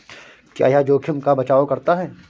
क्या यह जोखिम का बचाओ करता है?